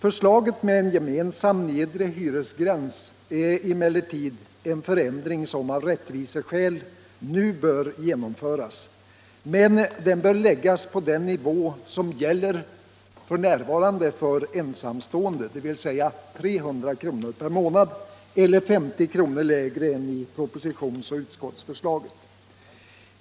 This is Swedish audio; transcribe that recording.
Förslaget med en gemensam nedre hyresgräns innebär emellertid en förändring som av rättviseskäl nu bör genomföras, men den bör läggas på den nivå som nu gäller för ensamstående, dvs. 300 kr. per månad, eller 50 kr. lägre än enligt propositionsoch utskottsförslaget.